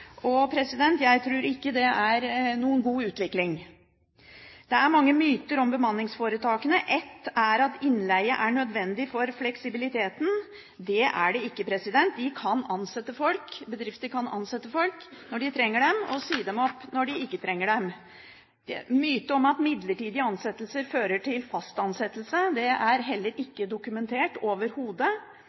Jeg tror ikke det er noen god utvikling. Det er mange myter om bemanningsforetakene. En myte er at innleie er nødvendig for fleksibiliteten – det er det ikke. Bedriftene kan ansette folk når de trenger dem, og si dem opp når de ikke trenger dem. Det er en myte at midlertidig ansettelse fører til fast ansettelse – det er heller ikke dokumentert, overhodet